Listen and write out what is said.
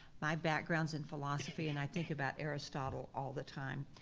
my background's in philosophy, and i think about aristotle all the time.